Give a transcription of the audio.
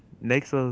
Next